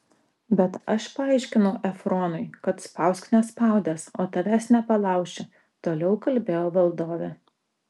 bet aš paaiškinau efronui kad spausk nespaudęs o tavęs nepalauši toliau kalbėjo valdovė